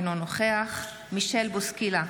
אינו נוכח מישל בוסקילה,